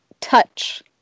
touch